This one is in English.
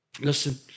Listen